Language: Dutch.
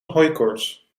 hooikoorts